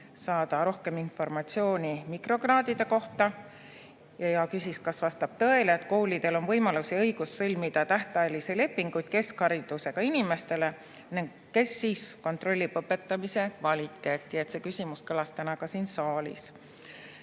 saada rohkem informatsiooni mikrokraadide kohta ja küsis, kas vastab tõele, et koolidel on võimalus ja õigus sõlmida tähtajalisi lepinguid keskharidusega inimestega, ja kes kontrollib õpetamise kvaliteeti. See küsimus kõlas täna ka siin saalis.